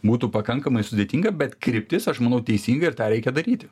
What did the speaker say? būtų pakankamai sudėtinga bet kryptis aš manau teisinga ir tą reikia daryti